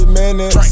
minutes